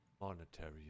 monetary